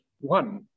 One